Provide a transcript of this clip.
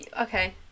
okay